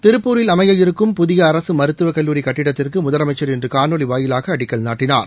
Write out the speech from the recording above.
திருப்பூரில் அமையவிருக்கும் புதிய அரசு மருத்துவக் கல்லூரி கட்டிடத்திற்கு முதலமைக்சா் இன்று காணொலி வாயிலாக அடிக்கல் நாட்டினார்